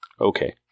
Okay